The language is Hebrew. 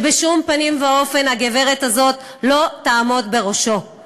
בשום פנים ואופן לא תעמוד בראשו הגברת הזאת.